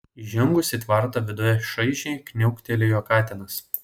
įžengus į tvartą viduje šaižiai kniauktelėjo katinas